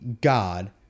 God